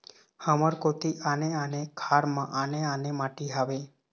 हमर कोती आने आने खार म आने आने माटी हावे?